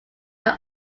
that